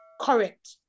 correct